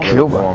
Cuba